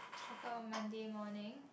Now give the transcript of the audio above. check out on Monday morning